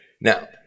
Now